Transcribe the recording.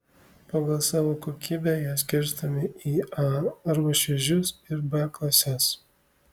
pagal savo kokybę jie skirstomi į a arba šviežius ir b klases